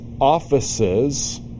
offices